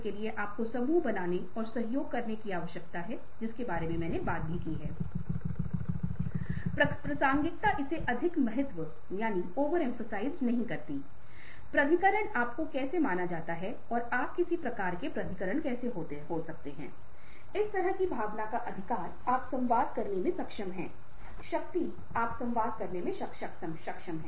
company के मुख्य निजी अधिकारी ने पारस्परिक कौशल में अच्छे थे इसलिए उन्होंने फैसला किया कि हम एक दरबार लगा सकते हैं जिस तरहा यह दक्षिण पूर्वी रेलवे कार्यशाला में होता है